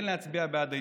כן להצביע בעד ההסתייגות.